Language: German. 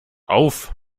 auf